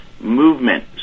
movement